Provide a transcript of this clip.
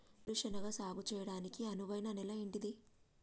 వేరు శనగ సాగు చేయడానికి అనువైన నేల ఏంటిది?